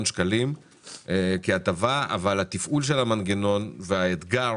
שקלים כהטבה אבל התפעול של המנגנון והאתגר